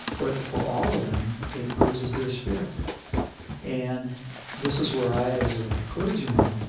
but, for all of them, it bruises their spirit and this is where i, as a clergyman,